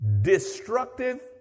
destructive